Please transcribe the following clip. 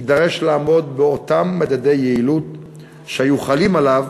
יידרש לעמוד באותם מדדי יעילות שהיו חלים עליו